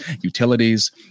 utilities